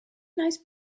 nice